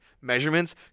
measurements